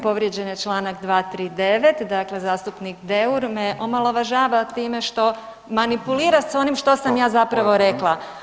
Povrijeđen je čl. 239., dakle zastupnik Deur me omalovažava time što manipulira sa onim što sam ja zapravo rekla.